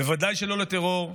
בוודאי שלא לטרור,